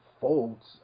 folds